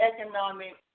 economic